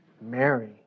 Mary